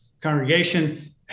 congregation